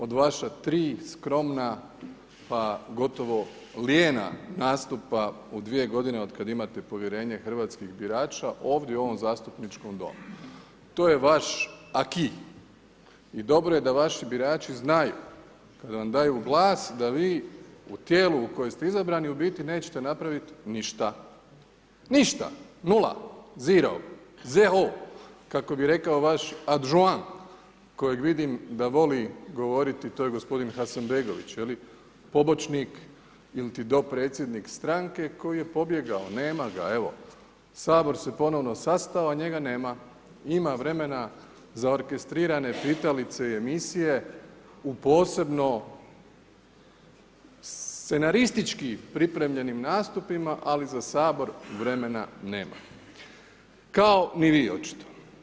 Od vaša tri skromna, pa gotovo lijena nastupa u 2 godine od kada imate povjerenje hrvatskih birača ovdje u ovom zastupničkom Domu, to je vaš … i dobro je da vaši birači znaju da kad vam daju glas da vi u tijelu u kojem ste izabrani u biti nećete napravit ništa, ništa, nula, zero, kako bi rekao vaš … koji vidim da voli govoriti, to je gospodin Hasanbegović je li, pomoćnik ili ti dopredsjednik stranke koji je pobjegao, nema ga, evo Sabor se ponovno sastao, a njega nema. ima vremena za orkestrirane pitalice i emisije u posebno scenaristički pripremljenim nastupima, ali za Sabor vremena nema, kao ni vi očito.